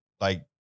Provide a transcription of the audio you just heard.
Like-